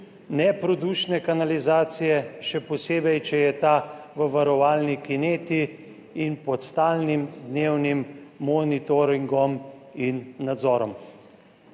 neprodušne kanalizacije, še posebej, če je ta v varovalni kineti in pod stalnim dnevnim monitoringom in nadzorom.